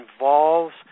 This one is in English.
involves –